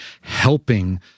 helping